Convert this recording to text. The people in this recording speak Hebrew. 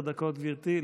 עשר דקות לרשותך, גברתי.